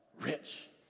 rich